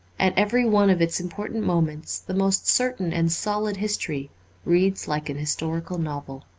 at every one of its important moments the most certain and solid history reads like an historical novel.